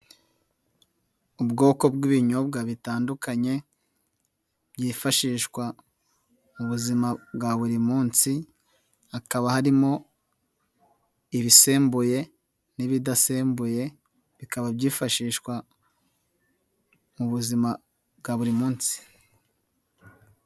Ubwoko bw'ibinyobwa bitandukanye byifashishwa mu buzima bwa buri munsi, hakaba harimo ibisembuye n'ibidasembuye bikaba byifashishwa mu buzima bwa buri munsi.